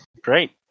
great